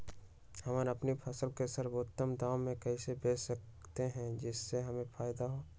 हम अपनी फसल को सर्वोत्तम दाम में कैसे बेच सकते हैं जिससे हमें फायदा हो?